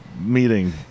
meeting